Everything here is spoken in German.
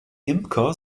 imker